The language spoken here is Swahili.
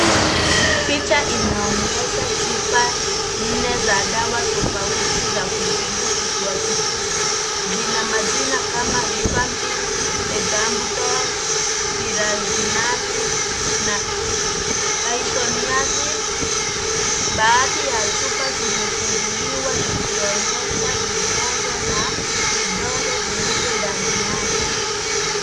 Picha inaonyesha chupa nne za dawa tofauti za kutibu kifua kikuu. Zina majina kama Rifampin, Ethambutol , pyrazinamide na Isoniazid . Baadhi ya chupa zimefunguliwa zikionyesha vidonge vilivyo ndani yake.